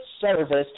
service